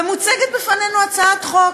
ומוצגת בפנינו הצעת חוק.